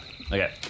okay